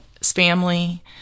family